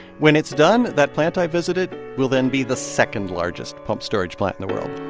when it's done, that plant i visited will then be the second-largest pumped storage plant in the world